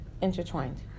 intertwined